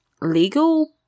legal